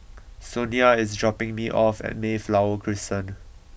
Sonia is dropping me off at Mayflower Crescent